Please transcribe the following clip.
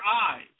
eyes